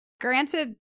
granted